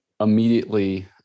immediately